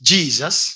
Jesus